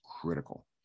critical